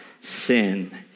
sin